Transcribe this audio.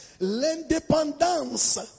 L'indépendance